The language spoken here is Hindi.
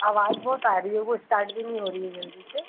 आवाज़ बहुत आ रही है वह इस्टार्ट भी नहीं हो रही है जल्दी से